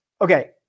okay